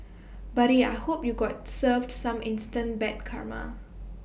buddy I hope you got served some instant bad karma